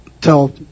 tell